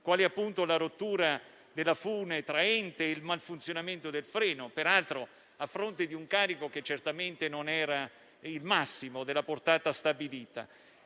quali la rottura della fune traente e il malfunzionamento del freno, peraltro a fronte di un carico che certamente non era il massimo della portata stabilita.